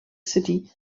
city